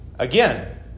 Again